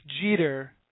Jeter